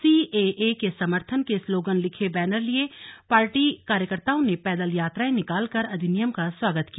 CAA के समर्थन के स्लोगन लिखे बैनर लिये पार्टी कार्यकर्ताओं ने पैदल यात्राएं निकाल कर अधिनियम का स्वागत किया